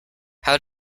how